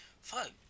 Fuck